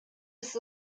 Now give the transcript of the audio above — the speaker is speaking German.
ist